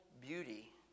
beauty